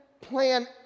plan